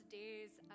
days